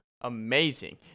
Amazing